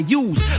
use